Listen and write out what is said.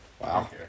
wow